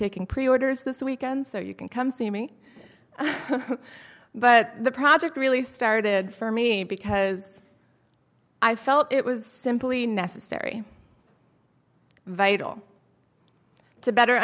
taking preorders this weekend so you can come see me but the project really started for me because i felt it was simply necessary vital to better